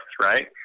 right